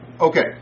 Okay